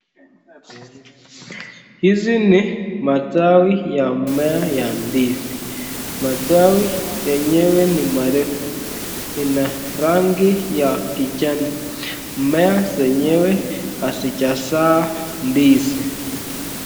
Hizi ni matawi ya mimea ya ndizi, matawi yenyewe ni marefu. Ina rangi ya kijani. Mimea zenyewe hazijazaa ndizi.